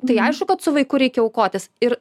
tai aišku kad su vaiku reikia aukotis ir